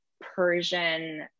Persian